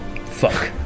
Fuck